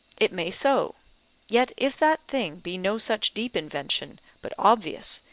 it may so yet if that thing be no such deep invention, but obvious,